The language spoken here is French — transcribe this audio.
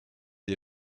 des